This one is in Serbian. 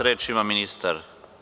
Reč ima ministar.